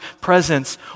presence